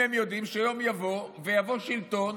הם יודעים שיום יבוא ויבוא שלטון